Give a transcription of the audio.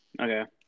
Okay